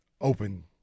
open